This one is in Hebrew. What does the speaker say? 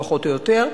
פחות או יותר,